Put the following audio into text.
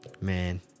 man